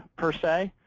per se.